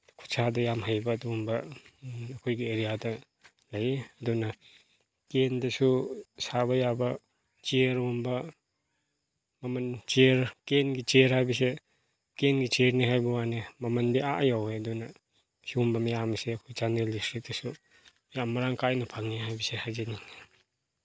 ꯈꯨꯠ ꯁꯥꯗ ꯌꯥꯝ ꯍꯩꯕ ꯑꯗꯨꯒꯨꯝꯕ ꯑꯩꯈꯣꯏꯒꯤ ꯑꯦꯔꯤꯌꯥꯗ ꯂꯩ ꯑꯗꯨꯅ ꯀꯦꯟꯗꯁꯨ ꯁꯥꯕ ꯌꯥꯕ ꯆꯦꯌꯔꯒꯨꯝꯕ ꯃꯃꯟ ꯆꯦꯌꯔ ꯀꯦꯟꯒꯤ ꯆꯦꯌꯔ ꯍꯥꯏꯕꯁꯦ ꯀꯦꯟꯒꯤ ꯆꯦꯌꯔꯅꯤ ꯍꯥꯏꯕ ꯋꯥꯅꯤ ꯃꯃꯟꯗꯤ ꯑꯥ ꯌꯧꯋꯦ ꯑꯗꯨꯅ ꯁꯤꯒꯨꯝꯕ ꯃꯌꯥꯝꯁꯦ ꯑꯩꯈꯣꯏ ꯆꯥꯟꯗꯦꯜ ꯗꯤꯁꯇ꯭ꯔꯤꯛꯇꯁꯨ ꯌꯥꯝ ꯃꯔꯥꯡ ꯀꯥꯏꯅ ꯐꯪꯏ ꯍꯥꯏꯕꯁꯦ ꯍꯥꯏꯖꯅꯤꯡꯏ